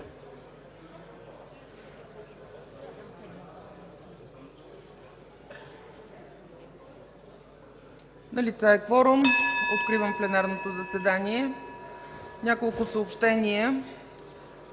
Налице е кворум. Откривам пленарното заседание. (Звъни.) Няколко съобщения.